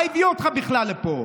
מה הביא אותך בכלל לפה?